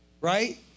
right